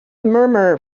murmur